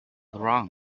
wrong